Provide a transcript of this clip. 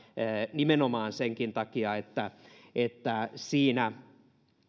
nimenomaan senkin takia että että siinä